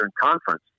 conference